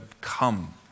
come